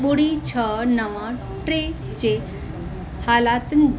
ॿुड़ी छह नव टे जे हालतुनि